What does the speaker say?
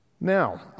Now